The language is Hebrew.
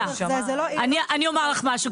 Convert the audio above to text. אני אומר לך משהו,